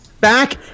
Back